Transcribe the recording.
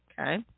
Okay